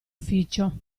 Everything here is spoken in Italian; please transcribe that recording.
ufficio